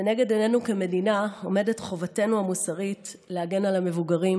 לנגד עיננו כמדינה עומדת חובתנו המוסרית להגן על המבוגרים,